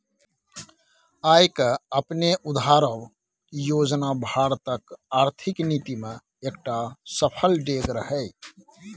आय केँ अपने उघारब योजना भारतक आर्थिक नीति मे एकटा सफल डेग रहय